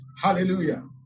Hallelujah